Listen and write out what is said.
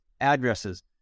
addresses